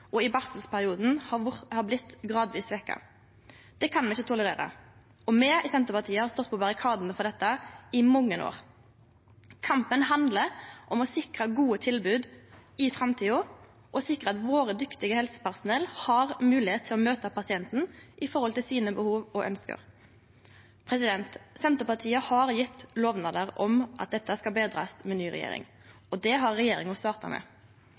og i barselperioden har blitt gradvis svekte. Det kan me ikkje tolerere. Me i Senterpartiet har stått på barrikadane for dette i mange år. Kampen handlar om å sikre gode tilbod i framtida og sikre at vårt dyktige helsepersonell har moglegheit til å møte pasientane med deira behov og ønskjer. Senterpartiet har gjeve lovnader om at dette skal betrast med ny regjering, og det har regjeringa starta med.